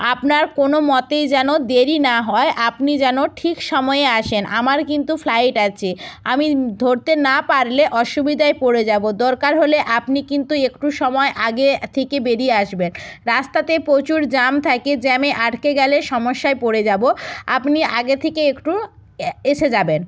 আপনার কোনো মতেই যেন দেরি না হয় আপনি যেন ঠিক সময়ে আসেন আমার কিন্তু ফ্লাইট আছে আমি ধরতে না পারলে অসুবিধায় পড়ে যাবো দরকার হলে আপনি কিন্তু একটু সময় আগে থেকে বেরিয়ে আসবেন রাস্তাতে প্রচুর জ্যাম থাকে জ্যামে আঁটকে গেলে সমস্যায় পড়ে যাবো আপনি আগে থেকে একটু এসে যাবেন